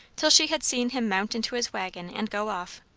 till she had seen him mount into his waggon and go off.